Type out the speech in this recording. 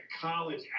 college